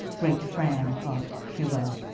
great friend of cuba.